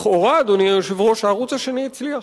לכאורה, אדוני היושב-ראש, הערוץ השני הצליח.